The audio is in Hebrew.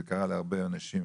זה קרה להרבה אנשים